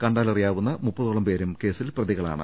കണ്ടാലറിയാവുന്ന മുപ്പതോളം പേരും കേസിൽ പ്രതികളാണ്